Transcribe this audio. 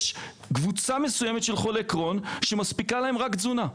יש קבוצה מסוימת של חולי קרוהן שמספיקה להם רק תזונה,